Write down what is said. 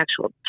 actual